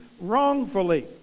wrongfully